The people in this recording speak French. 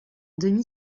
demi